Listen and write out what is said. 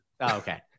Okay